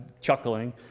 chuckling